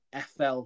FL